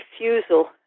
refusal